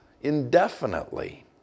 indefinitely